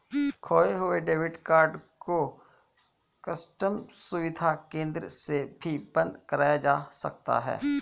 खोये हुए debit card को कस्टम सुविधा केंद्र से भी बंद कराया जा सकता है